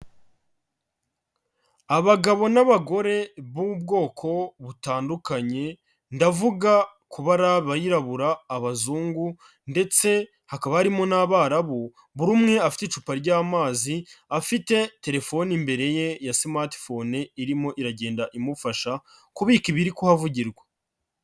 Abagabo n'abagore b'ubwoko butandukanye ndavuga kuba ari abirabura, abazungu ndetse hakaba harimo n'abarabu, buri umwe afite icupa ry'amazi afite telefoni imbere ye ya smartphone irimo iragenda imufasha kubika ibiri kuhavugirwa.